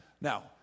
Now